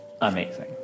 amazing